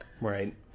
Right